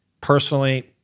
Personally